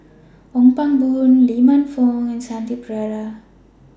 Ong Pang Boon Lee Man Fong and Shanti Pereira